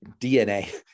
DNA